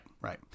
Right